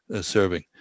serving